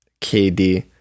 KD